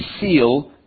seal